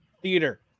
Theater